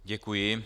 Děkuji.